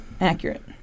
Accurate